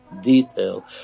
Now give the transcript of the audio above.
Detail